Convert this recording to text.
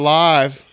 live